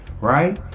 right